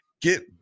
get